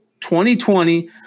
2020